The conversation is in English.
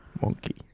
Monkey